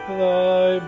thy